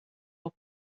all